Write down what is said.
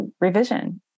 revision